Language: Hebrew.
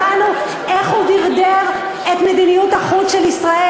שמענו איך הוא דרדר את מדיניות החוץ של ישראל.